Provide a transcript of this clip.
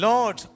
Lord